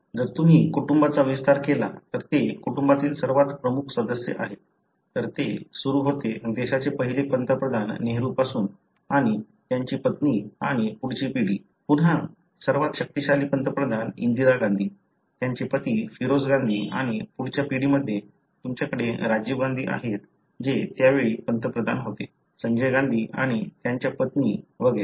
जर तुम्ही कुटुंबाचा विस्तार केला तर ते कुटुंबातील सर्वात प्रमुख सदस्य आहेत तर ते सुरू होते देशाचे पहिले पंतप्रधान नेहरू पासून आणि त्यांची पत्नी आणि पुढची पिढी पुन्हा सर्वात शक्तिशाली पंतप्रधान इंदिरा गांधी त्यांचे पती फिरोज गांधी आणि पुढच्या पिढीमध्ये तुमच्याकडे राजीव गांधी आहेत जे त्यावेळी पंतप्रधान होते संजय गांधी आणि त्यांची पत्नी वगैरे